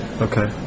Okay